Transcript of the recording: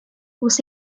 was